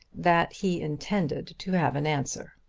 that he intended to have an answer.